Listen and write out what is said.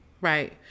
Right